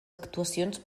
actuacions